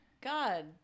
God